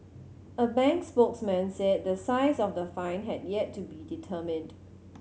a bank spokesman said the size of the fine had yet to be determined